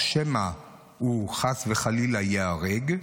שמא הוא, חס וחלילה, ייהרג,